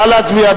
נא להצביע.